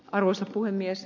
arvoisa puhemies